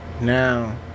now